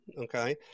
Okay